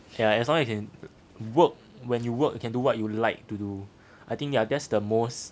okay lah as long as you can work when you work you can do what you like to do I think that's the most